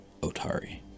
Otari